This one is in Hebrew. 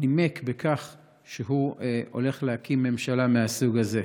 נימק לכך שהוא הולך להקים ממשלה מהסוג הזה.